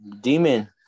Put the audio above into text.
Demon